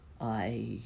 I